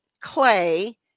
clay